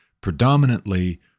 predominantly